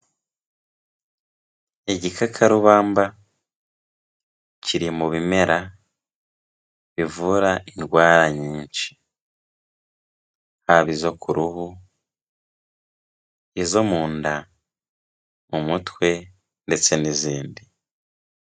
Igikakarubamba kiri mu bimera bivura indwara nyinshi, haba izo ku ruhu, izo mu nda, mu mutwe ndetse n'izindi.